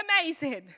amazing